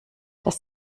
das